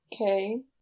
Okay